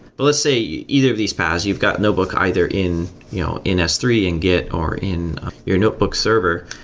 but let's say either of these paas, you've got notebook either in you know in s three, in git, or in your notebook server.